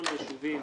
כל הישובים